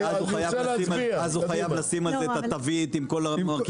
אבל אז הוא חייב לשים על זה את התווית עם כל המרכיבים.